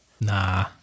Nah